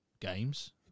games